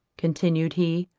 continued he,